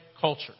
culture